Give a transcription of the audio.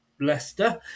Leicester